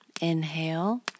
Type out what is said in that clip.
Inhale